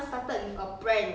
orh